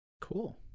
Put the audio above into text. Cool